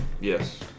yes